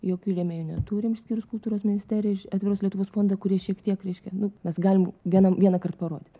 jokių rėmėjų neturim išskyrus kultūros ministeriją atviros lietuvos fondą kurie šiek tiek reiškia nu mes galim vieną vieną kartą parodyt